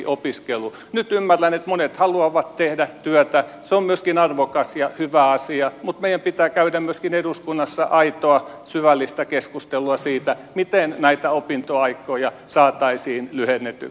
nyt ymmärrän että monet haluavat tehdä työtä se on myöskin arvokas ja hyvä asia mutta meidän pitää käydä myöskin eduskunnassa aitoa syvällistä keskustelua siitä miten näitä opintoaikoja saataisiin lyhennettyä